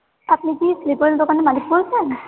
আপনি কি sleep well দোকানের মালিক বলছেন